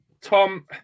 Tom